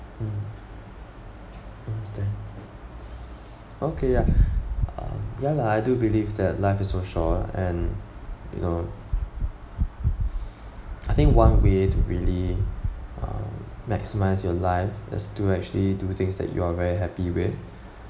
mm understand okay um ya lah I do believe that life is so short and you know I think one way to really um maximise your life is to actually do things that you are very happy with